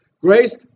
Grace